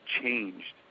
changed